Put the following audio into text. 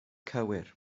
cywir